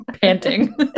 panting